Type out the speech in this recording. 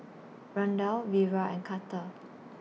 Randall Vira and Carter